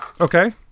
Okay